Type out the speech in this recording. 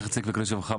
זכר צדיק וקדוש לברכה,